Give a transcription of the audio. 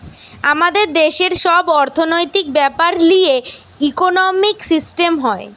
আমাদের দেশের সব অর্থনৈতিক বেপার লিয়ে ইকোনোমিক সিস্টেম হয়